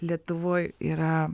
lietuvoj yra